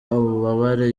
ububabare